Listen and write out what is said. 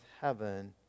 heaven